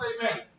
amen